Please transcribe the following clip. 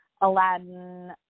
Aladdin